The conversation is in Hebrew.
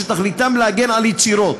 שתכליתם להגן על יצירות.